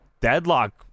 Deadlock